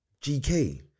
GK